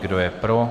Kdo je pro?